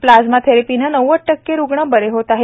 plasma थेरपीनं नव्वद टक्के रुग्ण बरे होत आहेत